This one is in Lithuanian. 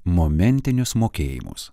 momentinius mokėjimus